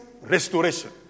restoration